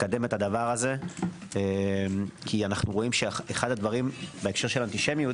לקדם את זה כי אחד הדברים בהקשר של אנטישמיות